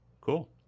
Cool